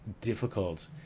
difficult